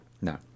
No